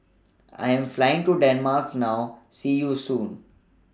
I Am Flying to Denmark now See YOU Soon